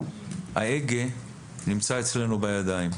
ההגה, נמצא אצלנו בידיים,